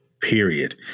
Period